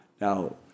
now